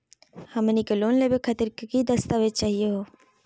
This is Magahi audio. हमनी के लोन लेवे खातीर की की दस्तावेज चाहीयो हो?